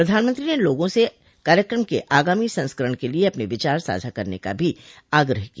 प्रधानमंत्री ने लोगों से कार्यक्रम के आगामी संस्करण के लिए अपने विचार साझा करने का भी आग्रह किया